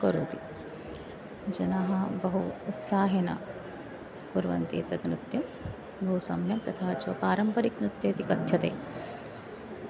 करोति जनाः बहु उत्साहेन कुर्वन्ति एतत् नत्यं बहु सम्यक् तथा च पारम्परिकं नृत्यम् इति कथ्यते